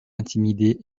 intimidé